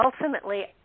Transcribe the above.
ultimately